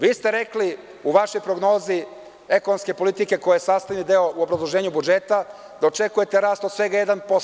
Vi ste rekli u vašoj prognozi ekonomske politike koja je sastavni deo u obrazloženju budžeta da očekujete rast od svega 1%